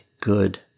good